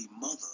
mother